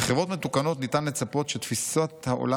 "בחברות מתוקנות ניתן לצפות שתפיסת העולם